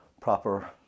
proper